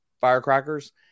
firecrackers